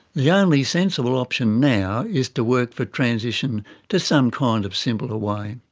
the only sensible option now is to work for transition to some kind of simpler way.